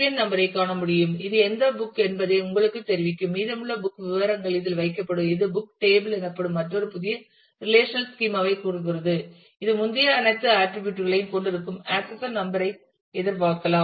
என் number ஐ காண முடியும் இது எந்த புக் என்பதை உங்களுக்குத் தெரிவிக்கும் மீதமுள்ள புக் விவரங்கள் இதில் வைக்கப்படும் இது புக் டேபிள் எனப்படும் மற்றொரு புதிய ரெலேஷனல் ஸ்கீமா ஐ கூறுகிறது இது முந்தைய அனைத்து ஆட்டிரிபியூட் களையும் கொண்டிருக்கும் ஆக்சஷன் நம்பர் ஐ எதிர்பார்க்கலாம்